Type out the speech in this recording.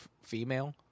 female